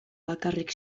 bakarrik